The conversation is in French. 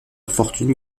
fortune